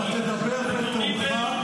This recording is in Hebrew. אני אומר מראש, אני אתקוף את זה בחריפות.